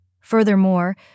Furthermore